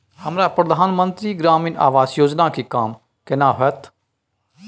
हमरा प्रधानमंत्री ग्रामीण आवास योजना के काम केना होतय?